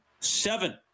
seven